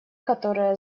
которая